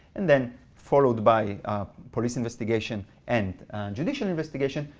and then followed by police investigation, and judicial investigation,